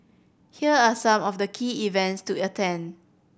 here are some of the key events to attend